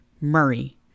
Murray